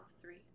three